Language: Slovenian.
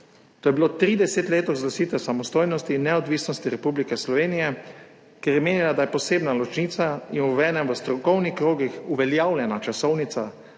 To je bilo 30 let od razglasitve samostojnosti in neodvisnosti Republike Slovenije, ker je menila, da je posebna ločnica in obenem v strokovnih krogih uveljavljena časovnica